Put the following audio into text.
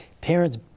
parents